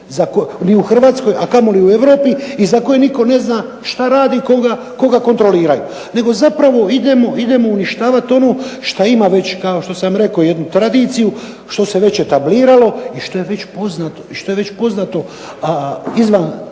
ni u Hrvatskoj, a kamoli u Europi i za koje nitko ne zna šta radi, koga kontroliraju. Nego zapravo idemo uništavati ono šta ima već kao što sam rekao jednu tradiciju, što se već etabliralo i što je već poznato izvan